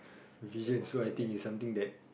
vision so I think is something that